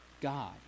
God